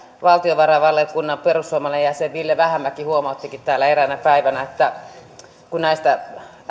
valtiovarainvaliokunnan perussuomalainen jäsen ville vähämäki huomauttikin täällä eräänä päivänä kun näistä